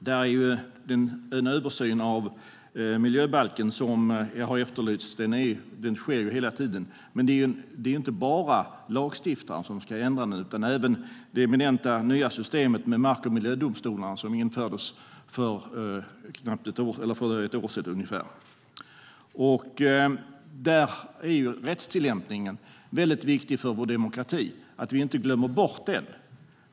Den översyn av miljöbalken som har efterlysts sker hela tiden, men det är inte bara lagstiftaren som ska ändra den utan även det eminenta nya systemet med mark och miljödomstolar som infördes för ungefär ett år sedan. Där är rättstillämpningen väldigt viktig för vår demokrati. Vi får inte glömma bort den.